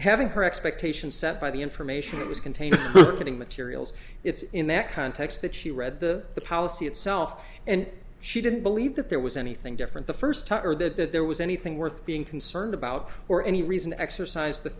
having her expectations set by the information that was contained getting materials it's in that context that she read the policy itself and she didn't believe that there was anything different the first time or that that there was anything worth being concerned about or any reason to exercise the